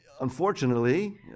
unfortunately